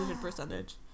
percentage